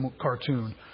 cartoon